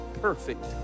perfect